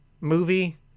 movie